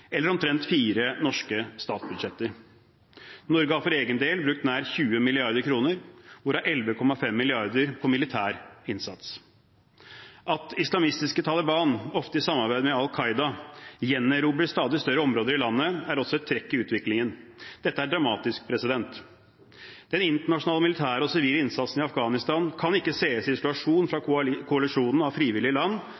eller omtrent fire norske statsbudsjetter. Norge har for egen del brukt nær 20 mrd. kr, hvorav 11,5 mrd. kr på militær innsats. At islamistiske Taliban ofte i samarbeid med al-Qaida gjenerobrer stadig større områder i landet, er også et trekk i utviklingen. Dette er dramatisk. Den internasjonale militære og sivile innsatsen i Afghanistan kan ikke ses isolert fra